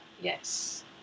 yes